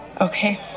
Okay